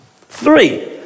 Three